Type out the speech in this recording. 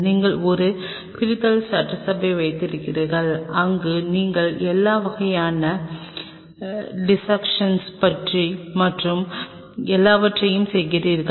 நீங்கள் ஒரு பிரித்தல் சட்டசபை வைத்திருக்கிறீர்கள் அங்கு நீங்கள் எல்லா வகையான டிஸ்ஸக்ஷன் மற்றும் எல்லாவற்றையும் செய்கிறீர்கள்